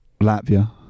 Latvia